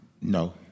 No